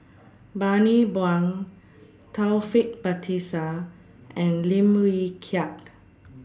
Bani Buang Taufik Batisah and Lim Wee Kiak